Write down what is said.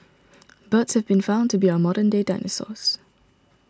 birds have been found to be our modern day dinosaurs